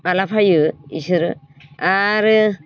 माला फैयो इसोरो आरो